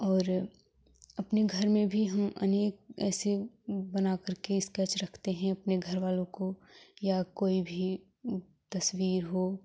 और अपने घर में भी हम अनेक ऐसे बनाकर के स्केच रखते हैं अपने घर वालों को या कोई भी तस्वीर हो